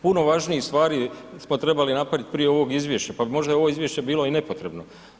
Puno važnijih stvari smo trebali napraviti prije ovog izvješća, pa bi možda i ovo izvješće bilo i nepotrebno.